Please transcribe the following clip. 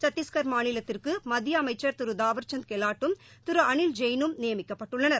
சத்திஷ்கள் மாநிலத்திற்கு மத்திய அமைச்சா் திரு தாவா்சந்த் கெலாட்டும் திரு அளில் ஜெயினும் நியமிக்கப்பட்டுள்ளனர்